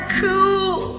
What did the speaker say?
cool